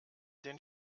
den